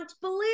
believe